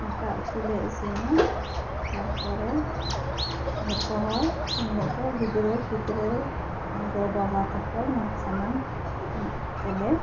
ᱫᱟᱠᱟ ᱩᱛᱩ ᱞᱮ ᱤᱥᱤᱱᱟ ᱛᱟᱨᱯᱚᱨᱮ ᱡᱷᱚᱛᱚ ᱦᱚᱲ ᱩᱱ ᱦᱤᱞᱚᱜ ᱫᱚ ᱜᱤᱫᱽᱨᱟᱹ ᱯᱤᱫᱽᱨᱟᱹ ᱜᱚ ᱵᱟᱵᱟ ᱛᱟᱠᱚ ᱥᱟᱱᱟᱢ ᱢᱤᱫ ᱛᱮᱞᱮ